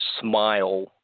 smile